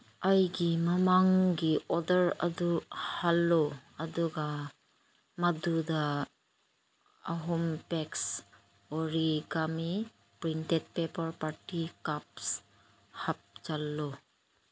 ꯑꯩꯒꯤ ꯃꯃꯥꯡꯒꯤ ꯑꯣꯗꯔ ꯑꯗꯨ ꯍꯜꯂꯨ ꯑꯗꯨꯒ ꯃꯗꯨꯗ ꯑꯍꯨꯝ packs origami printed paper party cups ꯍꯥꯞꯆꯤꯜꯂꯨ